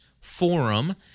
forum